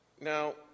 Now